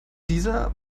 dieser